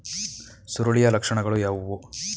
ಸುರುಳಿಯ ಲಕ್ಷಣಗಳು ಯಾವುವು?